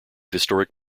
historic